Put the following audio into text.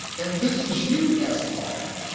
and this is you as a father.